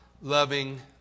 loving